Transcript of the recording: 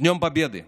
(אומר דברים ברוסית.)